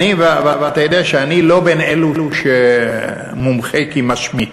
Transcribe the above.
ואתה יודע שאני לא בין אלה שידוע כמשמיץ,